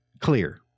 clear